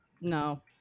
no